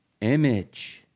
image